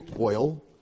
oil